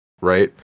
right